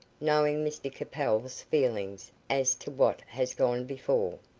knowing mr capel's feelings as to what has gone before.